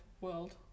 world